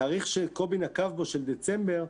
התאריך שקובי נקב בו, של דצמבר,